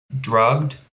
drugged